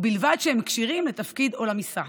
ובלבד שהם כשירים לתפקיד או למשרה.